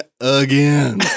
again